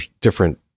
different